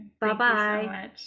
Bye-bye